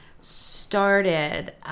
started